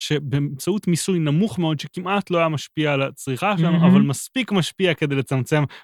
שבאמצעות מיסוי נמוך מאוד, שכמעט לא היה משפיע על הצריכה שלנו, אבל מספיק משפיע כדי לצמצם.